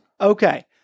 Okay